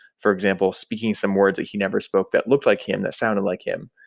for example, speaking some words that he never spoke that looked like him, that sounded like him.